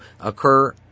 occur